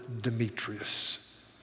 Demetrius